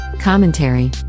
Commentary